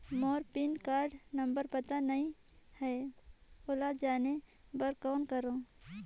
मोर PAN card number पता नहीं है, ओला जाने बर कौन करो?